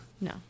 No